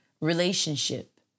relationship